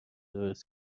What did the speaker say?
درست